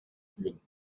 führen